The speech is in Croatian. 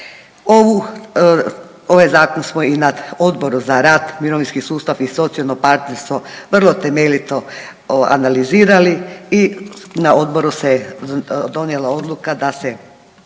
ovaj Zakon smo i nad Odboru za rad, mirovinski sustav i socijalno partnerstvo vrlo temeljito analizirali i na Odboru se donijela odluka da se